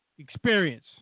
Experience